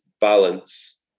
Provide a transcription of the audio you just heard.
balance